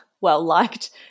well-liked